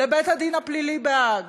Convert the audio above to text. לבית-הדין הפלילי בהאג,